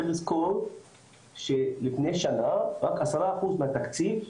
צריך לזכור שלפני שנה רק עשרה אחוזים מהתקציב,